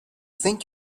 think